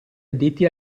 addetti